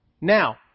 Now